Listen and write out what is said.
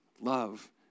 love